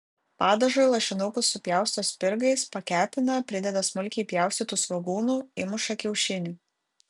padažui lašinukus supjausto spirgais pakepina prideda smulkiai pjaustytų svogūnų įmuša kiaušinių